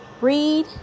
Read